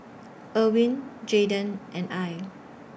Ervin Jayden and Al